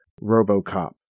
Robocop